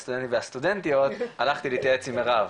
להתאחדות הסטודנטים והסטודנטיות הלכתי להתייעץ עם מירב,